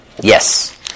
Yes